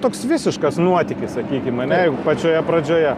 toks visiškas nuotykis sakykim ane jau pačioje pradžioje